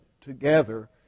together